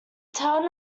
town